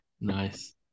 Nice